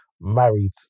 married